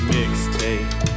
Mixtape